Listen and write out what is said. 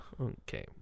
Okay